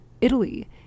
Italy